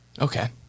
Okay